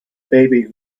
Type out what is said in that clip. baby